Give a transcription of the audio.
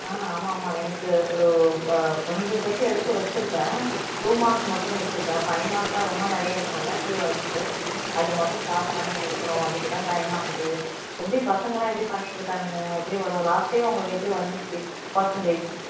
ஆ ஆமாம் ஆமாம் எனக்கு ஒரு கொஞ்சம் செட்டு எடுத்து வச்சுருக்கேன் டூ மார்க்ஸ் மட்டும் முடிச்சுருக்கேன் ஃபைவ் மார்க்ஸ் தான் ரொம்ப நிறைய இருக்கும்ல கீ வேர்ட்ஸு அதுமட்டும் ஷேர் பண்ணி எடுக்கணும் அதுக்கு தான் டைம்மாகுது எப்படி பசங்களாம் எப்படி பண்ணிட்டுருக்கானுங்க எப்படி வரும் லாஸ்ட் இயர் உங்களுக்கு எப்படி வந்துச்சு பர்சண்டேஜ்